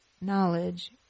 knowledge